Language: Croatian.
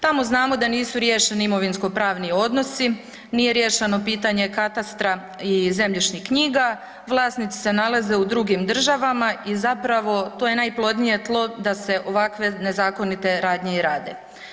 Tamo znamo da nisu riješeni imovinsko pravni odnosi, nije riješeno pitanje katastra i zemljišnih knjiga, vlasnici se nalaze u drugim državama i zapravo to je najplodnije tlo da se ovakve nezakonite radnje i rade.